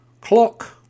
Clock